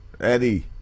Eddie